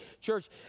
church